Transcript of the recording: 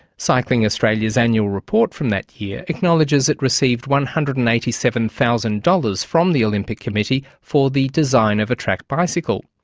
cycling australia's annual report from that year acknowledges it received one hundred and eighty seven thousand dollars from the olympic committee for the design of a track bicycle.